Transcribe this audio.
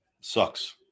sucks